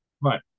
Right